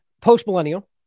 Post-millennial